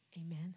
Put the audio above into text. Amen